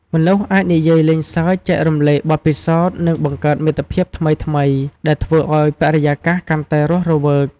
មនុស្សអាចនិយាយលេងសើច ចែករំលែកបទពិសោធន៍ និងបង្កើតមិត្តភាពថ្មីៗ ដែលធ្វើឱ្យបរិយាកាសកាន់តែរស់រវើក។